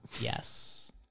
Yes